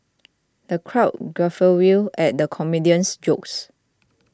the crowd guffawed at the comedian's jokes